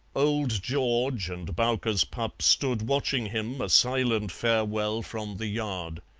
old george and bowker's pup stood watching him a silent farewell from the yard.